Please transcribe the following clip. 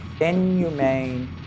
inhumane